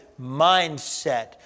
mindset